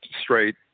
straight